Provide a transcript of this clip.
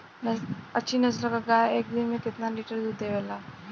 अच्छी नस्ल क गाय एक दिन में केतना लीटर दूध देवे ला?